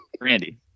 Randy